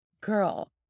girl